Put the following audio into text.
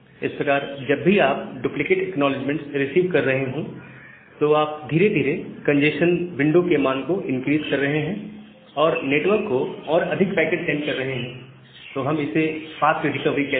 इस प्रकार जब भी आप डुप्लीकेट एक्नॉलेजमेंट्स रिसीव कर रहे हैं तो आप धीरे धीरे कंजेस्शन विंडो के मान को इनक्रीस कर रहे हैं और नेटवर्क को और अधिक पैकेट सेंड कर रहे हैं तो हम इसे फास्ट रिकवरी कहते हैं